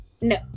No